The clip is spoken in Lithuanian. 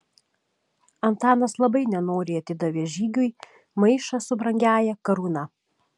antanas labai nenoriai atidavė žygiui maišą su brangiąja karūna